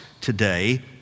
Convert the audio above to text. today